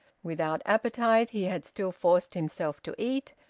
without appetite, he had still forced himself to eat,